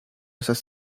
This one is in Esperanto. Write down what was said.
estas